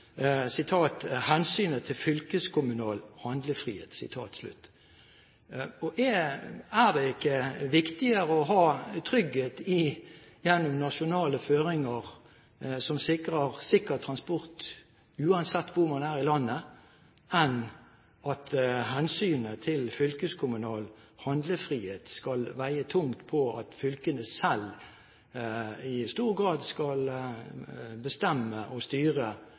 hensynet til «fylkeskommunal handlefrihet». Er det ikke viktigere å ha trygghet gjennom nasjonale føringer som sikrer sikker transport uansett hvor man er i landet, enn at hensynet til fylkeskommunal handlefrihet skal veie tungt, og at fylkene selv i stor grad skal bestemme og styre